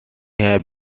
have